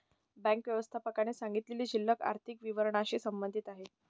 bank व्यवस्थापकाने सांगितलेली शिल्लक आर्थिक विवरणाशी संबंधित आहे